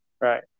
right